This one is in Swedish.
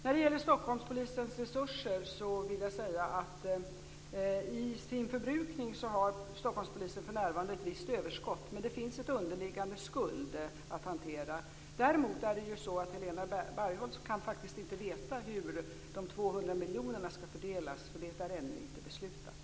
När det gäller Stockholmspolisens resurser vill jag säga att Stockholmspolisen för närvarande har ett visst överskott, men det finns en underliggande skuld att hantera. Däremot kan Helena Bargholtz faktiskt inte veta hur de 200 miljonerna skall fördelas, eftersom det ännu inte är beslutat.